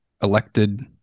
elected